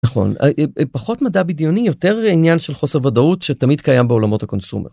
נכון פחות מדע בדיוני יותר עניין של חוסר ודאות שתמיד קיים בעולמות הקונסומר.